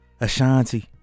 ashanti